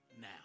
now